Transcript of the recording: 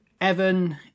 Evan